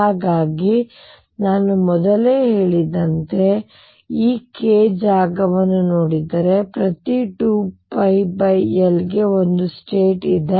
ಹಾಗಾಗಿ ನಾನು ಮೊದಲೇ ಹೇಳಿದಂತೆ ನಾನು ಈ k ಜಾಗವನ್ನು ನೋಡಿದರೆ ಪ್ರತಿ 2πL ಗೆ ಒಂದು ಸ್ಟೇಟ್ ಇದೆ